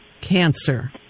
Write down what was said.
cancer